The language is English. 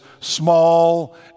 small